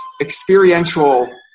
experiential